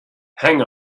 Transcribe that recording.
hang